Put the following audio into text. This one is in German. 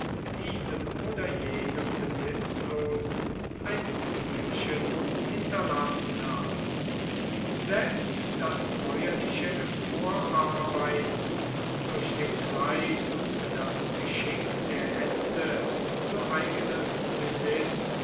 diesem oder jenem besitzlosen ein gütchen hinterlassen haben selbst das bäuerliche emporarbeiten durch den fleiß und das geschick der hände zu eigenem besitz